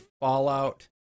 Fallout